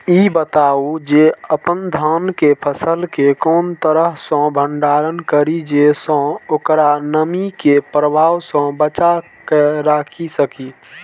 ई बताऊ जे अपन धान के फसल केय कोन तरह सं भंडारण करि जेय सं ओकरा नमी के प्रभाव सं बचा कय राखि सकी?